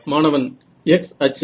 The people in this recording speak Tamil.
மாணவன் X அச்சு